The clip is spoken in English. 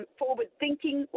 forward-thinking